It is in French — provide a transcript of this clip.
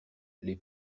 les